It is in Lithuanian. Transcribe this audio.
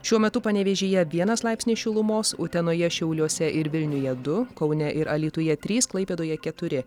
šiuo metu panevėžyje vienas laipsniai šilumos utenoje šiauliuose ir vilniuje du kaune ir alytuje trys klaipėdoje keturi